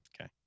Okay